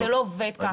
זה לא עובד ככה.